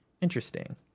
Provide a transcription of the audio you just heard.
Interesting